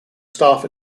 staff